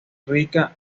rica